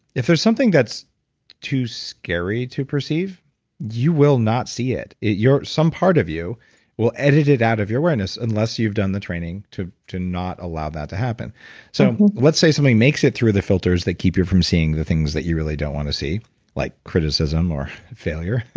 if there's something that's too scary to perceive you will not see it. some part of you will edit it out of your awareness unless you've done the training to to not allow that to happen so let's say something makes it through the filters that keep you from seeing the things that you really don't want to see like criticism or failure,